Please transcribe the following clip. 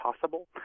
possible